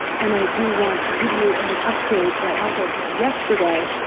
and i do want to give you an update that as of yesterday,